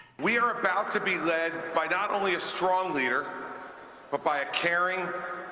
we are about to be led by not only a strong leader but by a caring,